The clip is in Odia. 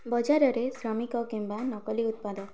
ବଜାରରେ ମିଶ୍ରିତ କିମ୍ବା ନକଲି ଉତ୍ପାଦ